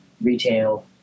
retail